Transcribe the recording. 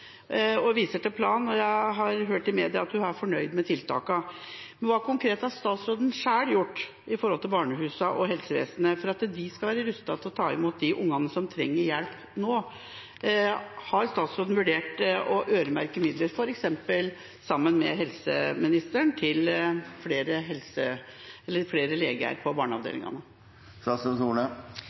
og viser til planen. Jeg har hørt i media at hun er fornøyd med tiltakene. Hva konkret har statsråden selv gjort overfor barnehusene og helsevesenet for at de skal være rustet til å ta imot de ungene som trenger hjelp nå? Har statsråden vurdert å øremerke midler, f.eks. sammen med helseministeren, til flere leger på barneavdelingene?